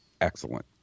Excellent